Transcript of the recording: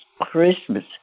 Christmas